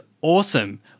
awesome